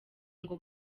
ngo